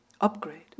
upgrade